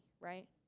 right